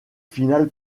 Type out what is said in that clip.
finales